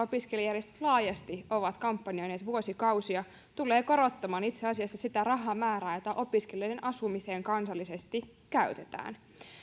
opiskelijajärjestöt laajasti ovat kampanjoineet vuosikausia ja se tulee korottamaan itse asiassa sitä rahamäärää jota opiskelijoiden asumiseen kansallisesti käytetään